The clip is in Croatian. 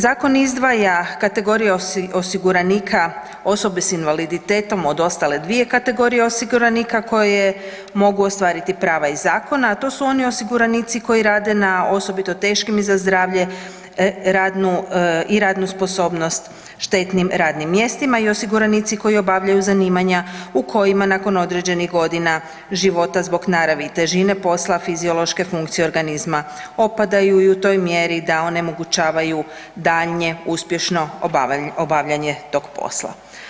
Zakon izdvaja kategorije osiguranika osobe s invaliditetom od ostale dvije kategorije osiguranika koje mogu ostvariti prava iz zakona, a to su oni osiguranici koji rade na osobito teškim i za zdravlje i radnu sposobnost štetnim radnim mjestima i osiguranici koji obavljaju zanimanja u kojima nakon određenih godina života zbog naravi i težine posla fiziološke funkcije organizma opadaju i u toj mjeri da onemogućavaju daljnje uspješno obavljanje tog posla.